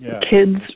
Kids